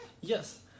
Yes